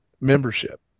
membership